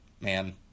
man